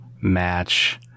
match